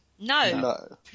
No